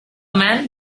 man